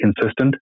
consistent